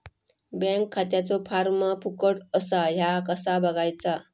Bank खात्याचो form फुकट असा ह्या कसा बगायचा?